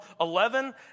11